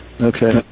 Okay